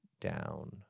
down